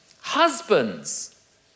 Husbands